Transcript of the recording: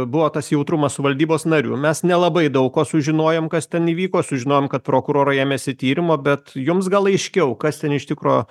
buvo tas jautrumas su valdybos nariu mes nelabai daug ko sužinojom kas ten įvyko sužinojom kad prokurorai ėmėsi tyrimo bet jums gal aiškiau kas ten iš tikro